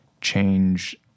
change